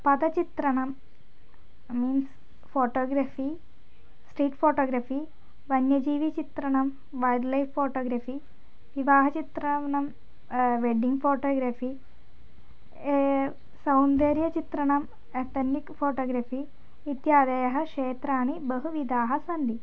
पदचित्रणं means photography street photography वन्यजीविचित्रणं wild life photography विवाहचित्रणं wedding photography सौन्दर्यचित्रणम् एतन्निक् फ़ोटोग्रफ़ि इत्यादयः क्षेत्राणि बहुविधाः सन्ति